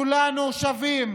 כולנו שווים.